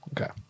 Okay